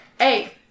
A-